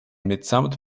mitsamt